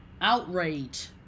Outrage